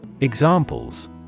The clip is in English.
Examples